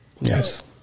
Yes